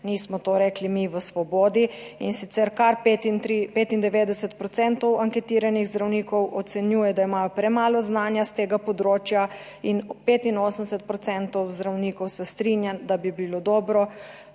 Nismo to rekli mi v Svobodi. in sicer kar 95 % anketiranih zdravnikov ocenjuje, da imajo premalo znanja s tega področja in 85 % zdravnikov, se strinjam, da bi bilo dobro,